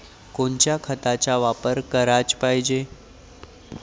कोनच्या खताचा वापर कराच पायजे?